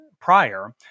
prior